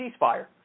ceasefire